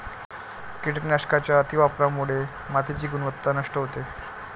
कीटकनाशकांच्या अतिवापरामुळे मातीची गुणवत्ता नष्ट होते